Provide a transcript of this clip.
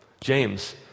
James